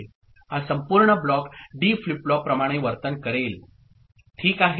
हा संपूर्ण block D flip flop प्रमाणे वर्तन करेल ओके